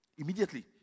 Immediately